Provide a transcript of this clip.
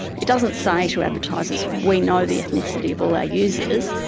it doesn't say to advertisers we know the ethnicity of all our users,